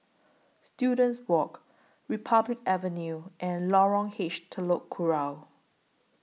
Students Walk Republic Avenue and Lorong H Telok Kurau